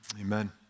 amen